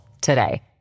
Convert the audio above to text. today